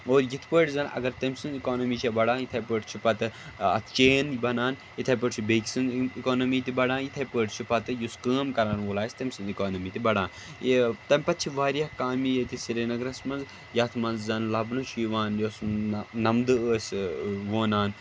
اور یَتھٕ پٲٹھۍ زَن اَگر تٔمۍ سٕنٛز اِکانامی چھِ بڈان یِتھٕے پٲٹھۍ چھُ پَتہٕ اَتھ چین بَنان یِتھَے پٲٹھۍ چھِِ بیٚیہِ سٕنٛز اِکانامی تہِ بَڈان یِتھٕے پٲٹھۍ چھُ پَتہٕ یُس کٲم کَرَن وول آسہِ تٔمۍ سٟنٛز اِکانامی تہِ بَڈان یہِ تَمہِ پَتہٕ چھِ واریاہ کامہِ یِیٚتہِ سریٖنَگرَس منٛز یَتھ منٛز زَن لَبنہٕ چھُ یِوان یۅس نَمدٕ ٲسۍ وونان